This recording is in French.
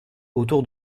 autour